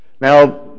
Now